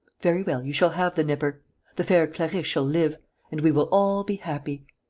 very well, you shall have the nipper the fair clarisse shall live and we will all be happy.